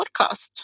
podcast